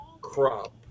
crop